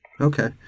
Okay